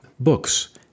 Books